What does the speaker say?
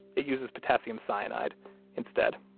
it uses potassium cyanide instead